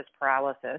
paralysis